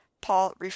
Paul